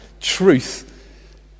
Truth